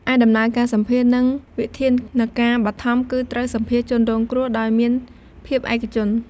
ឯដំណើរការសម្ភាសន៍ និងវិធានការបឋម គឺត្រូវសម្ភាសន៍ជនរងគ្រោះដោយមានភាពឯកជន។